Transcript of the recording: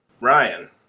Ryan